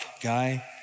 guy